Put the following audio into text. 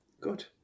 Good